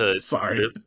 Sorry